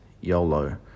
YOLO